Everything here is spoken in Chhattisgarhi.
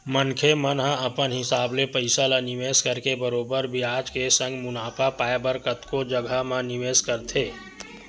मनखे मन ह अपन हिसाब ले पइसा ल निवेस करके बरोबर बियाज के संग मुनाफा पाय बर कतको जघा म निवेस करथे